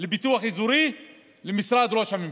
לפיתוח אזורי למשרד ראש הממשלה.